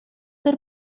per